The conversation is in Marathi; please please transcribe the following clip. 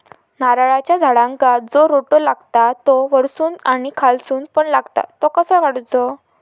नारळाच्या झाडांका जो रोटो लागता तो वर्सून आणि खालसून पण लागता तो कसो काडूचो?